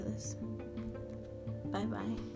Bye-bye